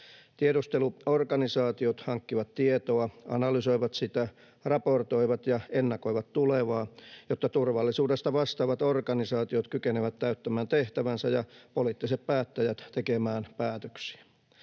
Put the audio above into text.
Tiedusteluorganisaatiot hankkivat tietoa, analysoivat sitä, raportoivat ja ennakoivat tulevaa, jotta turvallisuudesta vastaavat organisaatiot kykenevät täyttämään tehtävänsä ja poliittiset päättäjät tekemään päätöksiä.